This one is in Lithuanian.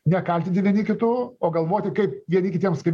nekaltinti vieni kitų o galvoti kaip vieni kitiems kaip